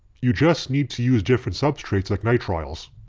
you just need to use different substrates like nitriles.